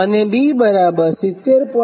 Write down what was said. અને B 70